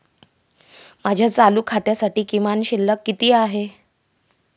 माझ्या चालू खात्यासाठी किमान शिल्लक किती आहे?